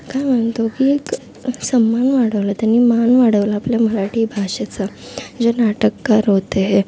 काय म्हणतो की एक सन्मान वाढवला त्यांनी मान वाढवला आपल्या मराठी भाषेचा जे नाटककार होते